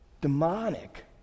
Demonic